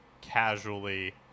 casually